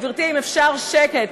גברתי, אם אפשר שקט,